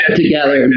together